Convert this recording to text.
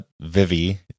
Vivi